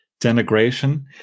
denigration